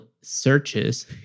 searches